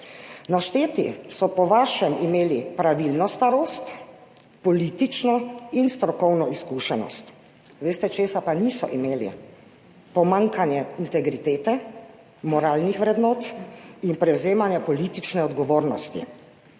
Našteti so po vašem imeli pravilno starost, politično in strokovno izkušenost. Veste česa pa niso imeli? Pomanjkanje integritete, moralnih vrednot in prevzemanja politične odgovornosti.